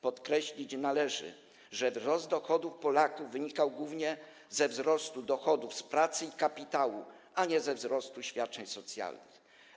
Podkreślić należy, że wzrost dochodu Polaków wynikał głównie ze wzrostu dochodów z pracy i kapitału, a nie ze wzrostu świadczeń socjalnych.